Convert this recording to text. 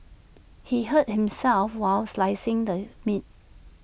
he hurt himself while slicing the meat